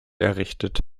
errichtet